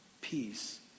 peace